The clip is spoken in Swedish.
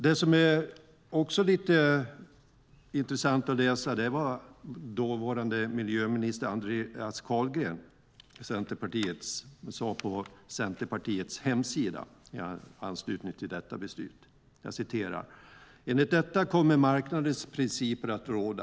Det är också lite intressant att läsa vad dåvarande miljöminister Andreas Carlgren skrev på Centerpartiets hemsida i anslutning till detta beslut: "Enligt det här förslaget kommer marknadens principer att råda.